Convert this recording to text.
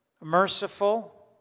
Merciful